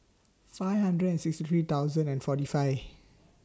five hundred and sixty three thousand and forty five